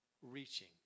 Reaching